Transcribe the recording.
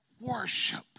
worship